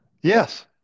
Yes